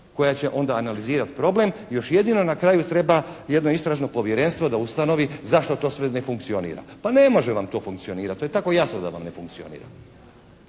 koja će onda analizirati problem. Još jedino na kraju treba jedno istražno povjerenstvo da ustanovi zašto to sve ne funkcionira? Pa ne može vam to funkcionirati. To je tako jasno da vam ne funkcionira.